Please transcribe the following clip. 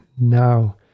now